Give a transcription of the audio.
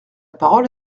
parole